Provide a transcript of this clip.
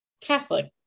catholic